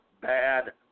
bad